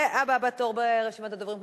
והבא בתור ברשימת הדוברים,